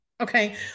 okay